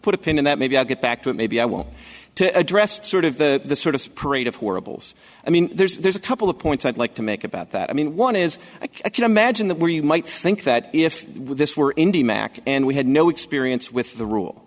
put a pin in that maybe i'll get back to it maybe i will to address sort of the sort of parade of horribles i mean there's a couple of points i'd like to make about that i mean one is i can imagine that where you might think that if this were indy mac and we had no experience with the rule